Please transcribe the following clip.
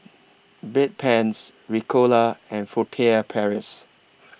Bedpans Ricola and Furtere Paris